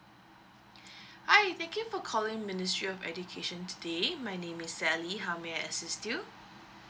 hi thank you for calling ministry of education today my name is sally how may I assist you